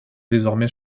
désormais